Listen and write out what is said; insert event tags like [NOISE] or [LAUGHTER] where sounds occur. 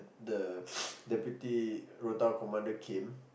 the [NOISE] deputy rota commander came